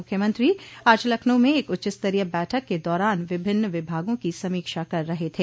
मुख्यमंत्री आज लखनऊ में एक उच्चस्तरीय बैठक के दौरान विभिन्न विभागों की समीक्षा कर रहे थे